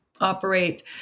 operate